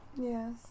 Yes